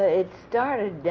ah it started